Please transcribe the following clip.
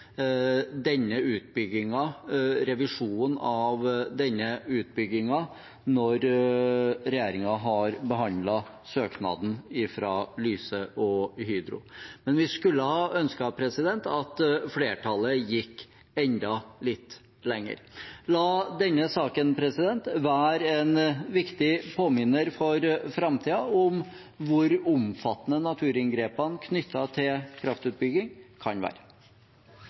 revisjonen av denne utbyggingen, når regjeringen har behandlet søknaden fra Lyse og Hydro. Men vi skulle ha ønsket at flertallet gikk enda litt lenger. La denne saken være en viktig påminner for framtiden om hvor omfattende naturinngrepene knyttet til kraftutbygging kan være.